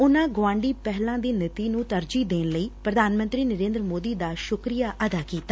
ਉਨੂਾ ਗੁਆਂਢੀ ਪਹਿਲਾ ਦੀ ਨੀਤੀ ਨੂੰ ਤਰਜੀਹ ਦੇਣ ਲਈ ਪ੍ਰਧਾਨ ਮੰਤਰੀ ਨਰੇਂਦਰ ਮੋਦੀ ਦਾ ਸੁੱਕਰੀਆ ਅਦਾ ਕੀਤਾ